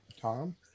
Tom